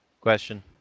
Question